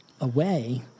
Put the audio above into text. away